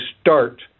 start